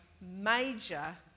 major